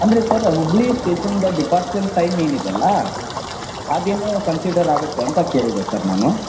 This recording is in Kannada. ಅಂದರೆ ಸರ್ ಹುಬ್ಬಳ್ಳಿ ಸ್ಟೇಷನ್ನಿಂದ ಡಿಪಾರ್ಚರ್ ಟೈಮ್ ಏನಿದೆಯಲ ಅದೇನೋ ಕನ್ಸಿಡರ್ ಆಗುತ್ತೆ ಅಂತ ಕೇಳಿದೆ ಸರ್ ನಾನು